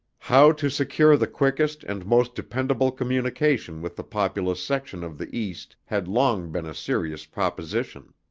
how to secure the quickest and most dependable communication with the populous sections of the east had long been a serious proposition.